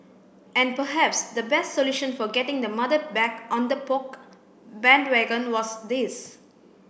and perhaps the best solution for getting the mother back on the Poke bandwagon was this